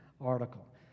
article